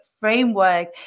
framework